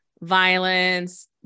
violence